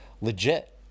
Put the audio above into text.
legit